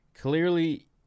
Clearly